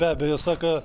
be abejo saka